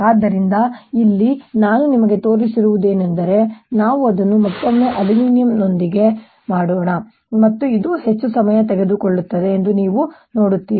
ಆದ್ದರಿಂದ ಇಲ್ಲಿ ನಾನು ನಿಮಗೆ ತೋರಿಸಿರುವುದು ಏನೆಂದರೆ ನಾವು ಅದನ್ನು ಮತ್ತೊಮ್ಮೆ ಅಲ್ಯೂಮಿನಿಯಂನೊಂದಿಗೆ ಮಾಡೋಣ ಮತ್ತು ಇದು ಹೆಚ್ಚು ಸಮಯ ತೆಗೆದುಕೊಳ್ಳುತ್ತದೆ ಎಂದು ನೀವು ನೋಡುತ್ತೀರಿ